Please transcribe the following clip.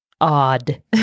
odd